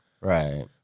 Right